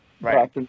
right